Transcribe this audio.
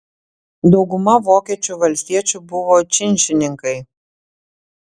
dauguma vokiečių valstiečių buvo činšininkai